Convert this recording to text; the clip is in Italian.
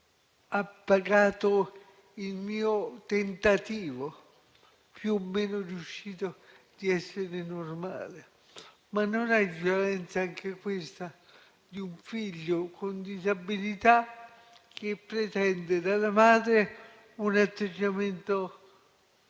ha pagato il mio tentativo, più o meno riuscito, di essere normale? Ma non è violenza anche questa, quella di un figlio con disabilità che pretende dalla madre un atteggiamento